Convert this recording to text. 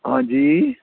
हांजी